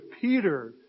Peter